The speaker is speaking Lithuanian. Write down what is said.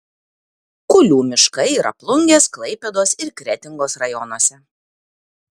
kulių miškai yra plungės klaipėdos ir kretingos rajonuose